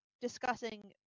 discussing